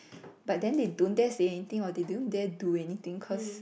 but then they don't dare say anything or they don't dare do anything cause